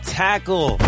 tackle